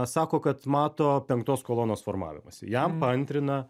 sako kad mato penktos kolonos formavimąsi jam paantrina